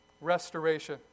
Restoration